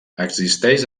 existeix